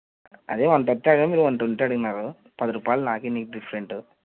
అదే one thirty అడిగిన మీరు వన్ ట్వంటీ అడిగినారు పది రూపాయలు నాకు నీకు డిఫరెంటు